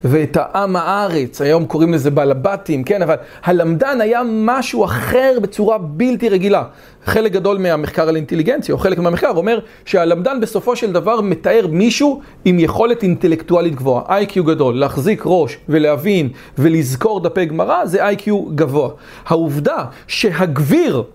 ואת העם הארץ, היום קוראים לזה בלבטים, כן, אבל הלמדן היה משהו אחר בצורה בלתי רגילה. חלק גדול מהמחקר על אינטליגנציה, או חלק מהמחקר אומר שהלמדן בסופו של דבר מתאר מישהו עם יכולת אינטלקטואלית גבוהה. איי-קיו גדול, להחזיק ראש ולהבין ולזכור דפי גמרא, זה איי-קיו גבוה. העובדה שהגביר...